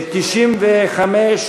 סעיף 95,